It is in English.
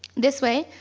this way,